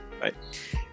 right